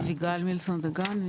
אביגל מילסון דגן.